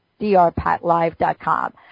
drpatlive.com